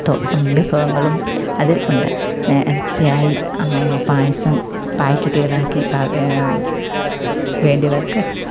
വിഭവങ്ങളും അതിൽ ഉണ്ട് നേർച്ചയായി പായസം പായ്കറ്റുകളാക്കി വേണ്ടിയവർക്ക്